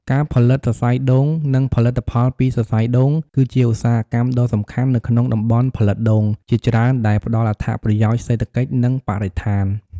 ការផលិតសរសៃដូង និងផលិតផលពីសរសៃដូង គឺជាឧស្សាហកម្មដ៏សំខាន់នៅក្នុងតំបន់ផលិតដូងជាច្រើន ដែលផ្តល់អត្ថប្រយោជន៍សេដ្ឋកិច្ច និងបរិស្ថាន។